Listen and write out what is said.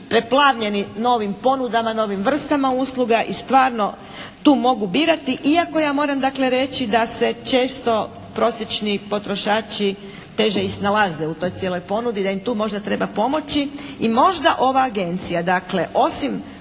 preplavljeni novim ponudama, novim vrstama usluga i stvarno tu mogu birati iako ja moram dakle reći da se često prosječni potrošači teže i snalaze u toj cijeloj ponudi, da im tu možda treba pomoći i možda ova agencija,